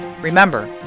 Remember